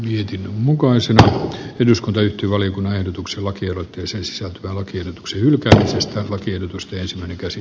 mietin mukaisena eduskunta yhtyi valiokunnan ehdotuksen laki kyseisissä vakuutus ei ole ainut vaihtoehto